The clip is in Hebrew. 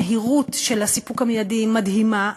המהירות של הסיפוק המיידי היא מדהימה,